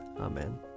Amen